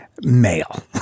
male